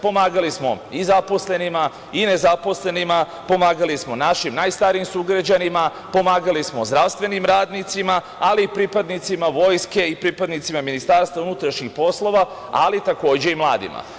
Pomagali smo i zaposlenima i nezaposlenima, pomagali smo našim najstarijim sugrađanima, pomagali smo zdravstvenim radnicima, ali i pripadnicima vojske i pripadnicima Ministarstva unutrašnjih poslova, ali takođe i mladima.